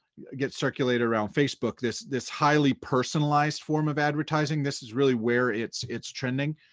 get circulated around facebook, this this highly personalized form of advertising, this is really where it's it's trending.